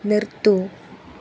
നിർത്തൂ